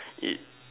it